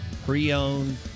pre-owned